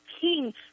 king